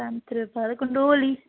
पैंती रपेऽ भाऽ ते घंडोली